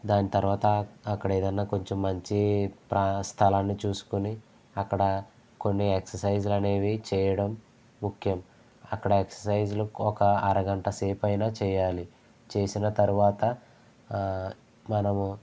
దాని తర్వాత అక్కడ ఏదైనా కొంచెం మంచి ప్ర స్థలాన్ని చూసుకొని అక్కడ కొన్ని ఎక్ససైజ్ అనేవి చేయడం ముఖ్యం అక్కడ ఎక్ససైజ్లు ఒక అరగంట సేపైనా చేయాలి చేసిన తర్వాత మనము